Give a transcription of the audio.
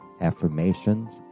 affirmations